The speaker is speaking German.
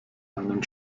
einen